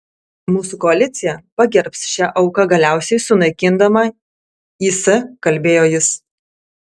mūsų koalicija pagerbs šią auką galiausiai sunaikindama is kalbėjo jis